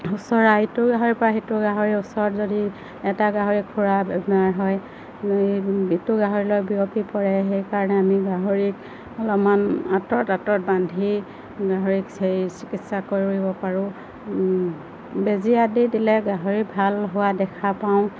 খুচৰা ইটো গাহৰিৰ পৰা সিটো গাহৰিৰ ওচৰত যদি এটা গাহৰি খুৰা বেমাৰ হয় ইটো গাহৰিলৈ বিয়পি পৰে সেইকাৰণে আমি গাহৰিক অলপমান আঁতৰত আঁতৰত বান্ধি গাহৰিক চিকিৎসা কৰিব পাৰোঁ বেজি আদি দিলে গাহৰি ভাল হোৱা দেখা পাওঁ